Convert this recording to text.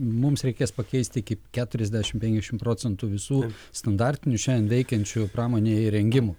mums reikės pakeisti iki keturiasdešimt penkiasdešimt procentų visų standartinių šiandien veikiančių pramonėje įrengimų